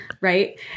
Right